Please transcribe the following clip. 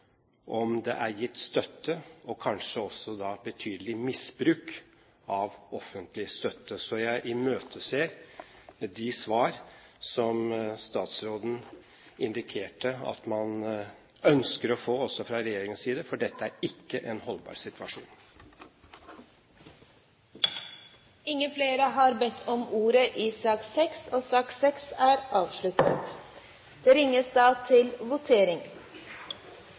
om det er gitt støtte og kanskje også har vært betydelig misbruk av offentlig støtte. Så jeg imøteser de svar som statsråden indikerterte at man ønsker å få også fra regjeringens side, for dette er ikke en holdbar situasjon. Flere har ikke bedt om ordet til sak nr. 5. Vi er da klare til å gå til votering